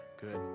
good